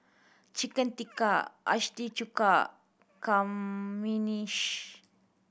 Chicken Tikka Chuka Kamenishi